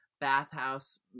bathhouse